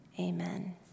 Amen